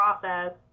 process